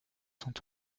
sont